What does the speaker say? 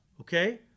okay